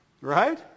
right